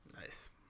Nice